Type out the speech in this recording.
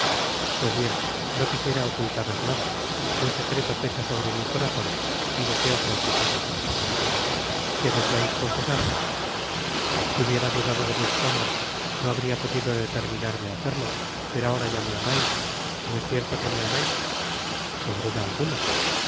pues bien no quisiera ocultaros nada un secreto pesa sobre mi corazon y deseo confesárosle qué deseais confesarme si hubiera dudado de vuestro amor no habría podido determinarme á hacerlo pero ahora ya me amais no es cierto que me amais sin duda alguna